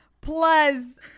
plus